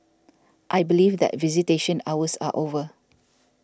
I believe that visitation hours are over